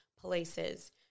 places